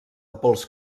pols